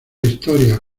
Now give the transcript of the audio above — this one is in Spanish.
historia